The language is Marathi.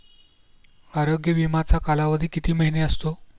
आरोग्य विमाचा कालावधी किती महिने असतो?